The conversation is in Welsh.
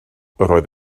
roedd